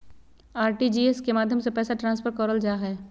RTGS के माध्यम से पैसा ट्रांसफर करल जा हय